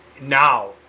now